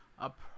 up